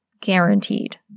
guaranteed